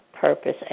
Purpose